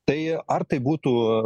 tai ar tai būtų